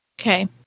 Okay